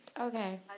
okay